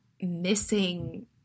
missing